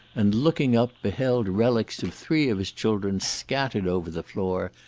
and looking up, beheld relics of three of his children scattered over the floor,